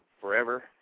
forever